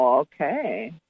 Okay